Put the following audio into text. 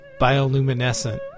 bioluminescent